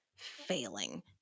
failing